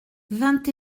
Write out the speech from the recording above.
vingt